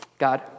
God